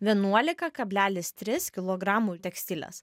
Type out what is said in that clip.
vienuolika kablelis tris kilogramų tekstilės